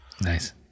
Nice